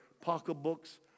pocketbooks